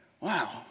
wow